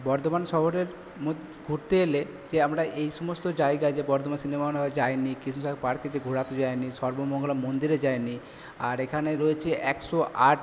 বর্ধমান শহরের ঘুরতে এলে যে আমরা এই সমস্ত জায়গায় যে বর্ধমান সিনেমা হল যায় নি কৃষ্ণসায়র পার্কে যে ঘোরাতে যায় নি সর্বমঙ্গলা মন্দিরে যায় নি আর এখানে রয়েছে একশো আট